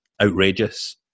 Outrageous